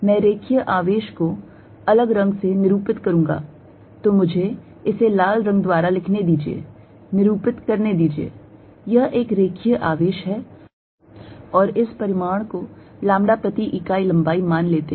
मैं रेखीय आवेश को अलग रंग से निरूपित करूंगा तो मुझे इसे लाल रंग द्वारा लिखने दीजिए निरूपित करने दीजिए यह एक रेखीय आवेश है और इस परिमाण को Lambda प्रति इकाई लंबाई मान लेते हैं